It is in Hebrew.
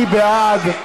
מי בעד?